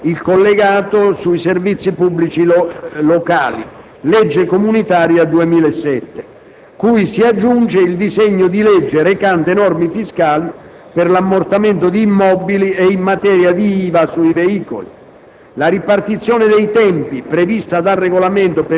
(delega liberalizzazione energia elettrica e gas; collegato servizi pubblici locali; legge comunitaria 2007), cui si aggiunge il disegno di legge recante norme fiscali per l'ammortamento di immobili e in materia di IVA sui veicoli.